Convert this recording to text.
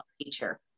teacher